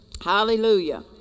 Hallelujah